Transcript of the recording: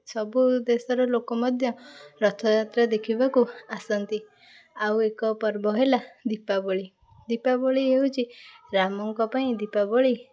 ସବୁ ଦେଶର ଲୋକ ମଧ୍ୟ ରଥଯାତ୍ରା ଦେଖିବାକୁ ଆସନ୍ତି ଆଉ ଏକ ପର୍ବ ହେଲା ଦୀପାବଳି ଦୀପାବଳି ହେଉଛି ରାମଙ୍କ ପାଇଁ ଦୀପାବଳି